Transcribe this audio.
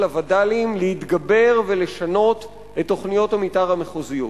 הווד"לים להתגבר ולשנות את תוכניות המיתאר המחוזיות.